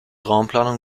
raumplanung